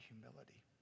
humility